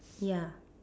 ya